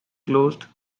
closed